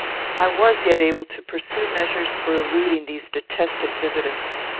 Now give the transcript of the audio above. i was yet able to pursue measures for eluding these detested visitants.